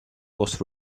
was